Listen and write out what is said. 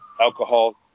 alcohol